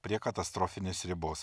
prie katastrofinės ribos